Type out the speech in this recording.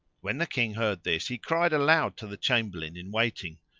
when the king heard this he cried aloud to the chamberlain in waiting,